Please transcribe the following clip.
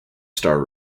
star